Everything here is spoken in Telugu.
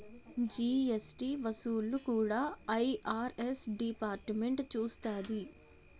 జీఎస్టీ వసూళ్లు కూడా ఐ.ఆర్.ఎస్ డిపార్ట్మెంటే చూస్తాది